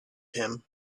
him